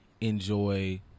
enjoy